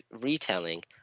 retelling